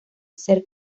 ser